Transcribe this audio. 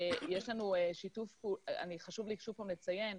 חשוב לי לציין,